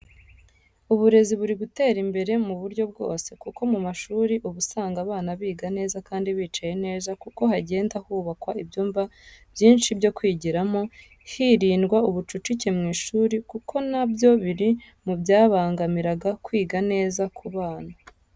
Uburezi buri gutera imbere mu buryo bwose, kuko mu mashuri uba usanga abana biga neza kandi bicaye neza kuko hagenda hubakwa ibyumba byinshi byo kwigiramo, hirindwa ubucucike mu ishuri kuko nabyo biri mu byabangamiraga kwiga neza ku bana.